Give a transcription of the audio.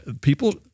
People